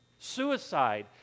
Suicide